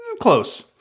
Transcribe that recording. Close